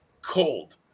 cold